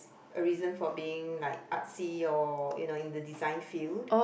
a reason for being like artsy or you know in the design field